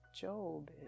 Job